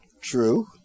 True